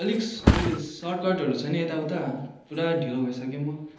अलिक उयेस सर्टकटहरू छैन यताउता पुरा ढिलो भइसकेँ म